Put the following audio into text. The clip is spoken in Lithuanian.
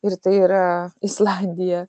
ir tai yra islandija